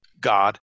God